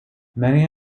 many